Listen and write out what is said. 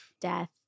death